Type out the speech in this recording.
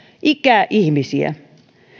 ikäihmisiä